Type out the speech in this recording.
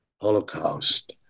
Holocaust